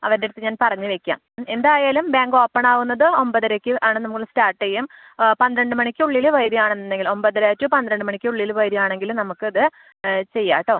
അവരുടെ അടുത്ത് ഞാൻ പറഞ്ഞ് വയ്ക്കാം എന്തായാലും ബാങ്ക് ഓപ്പൺ ആവുന്നത് ഒമ്പതരയ്ക്ക് ആണ് നമ്മൾ സ്റ്റാർട്ട് ചെയ്യും പന്ത്രണ്ട് മണിക്കുള്ളിൽ വരുവാണെന്നുണ്ടെങ്കിൽ ഒമ്പതര ടു പന്ത്രണ്ട് മണിക്കുള്ളിൽ വരുവാണെങ്കിൽ നമുക്കത് ചെയ്യാം കേട്ടോ